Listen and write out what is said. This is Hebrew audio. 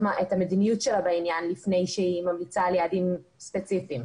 המדיניות שלה בעניין לפי שהיא ממליצה על יעדים ספציפיים.